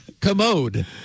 commode